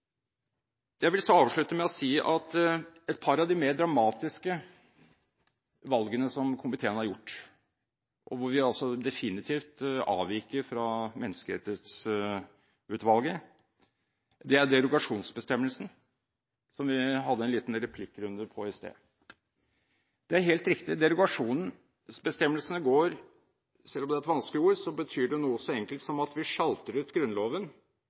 Jeg vil avslutte med å si at et par av de mer dramatiske valgene som komiteen har gjort, hvor vi definitivt avviker fra Menneskerettighetsutvalget, gjelder derogasjonsbestemmelsen, som vi hadde en liten replikkrunde på i sted. Det er helt riktig, selv om «derogasjonsbestemmelse» er et vanskelig ord, betyr det noe så enkelt som at vi sjalter ut Grunnloven